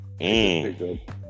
Mmm